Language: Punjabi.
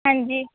ਹਾਂਜੀ